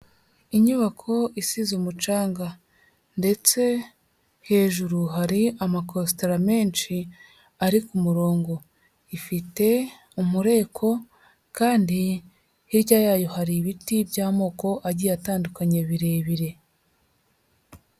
Inyubako isize umucanga ndetse hejuru hari amakositara menshi ari ku murongo, ifite umureko kandi hirya yayo hari ibiti by'amoko agiye atandukanye birebire.